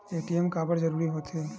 ATM काबर जरूरी हो थे?